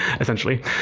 essentially